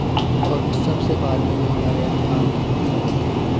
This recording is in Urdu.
اور سب سے بعد میں جو ہمارے یہاں آم کی فصل ہوتی ہے